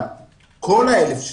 אבל כל ה-1,600,